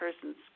persons